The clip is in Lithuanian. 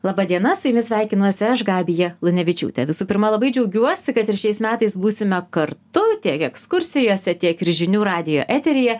laba diena su jumis sveikinuosi aš gabija lunevičiūtė visų pirma labai džiaugiuosi kad ir šiais metais būsime kartu tiek ekskursijose tiek ir žinių radijo eteryje